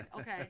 Okay